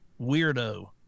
weirdo